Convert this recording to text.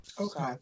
Okay